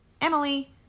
Emily